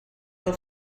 oedd